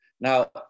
Now